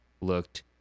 looked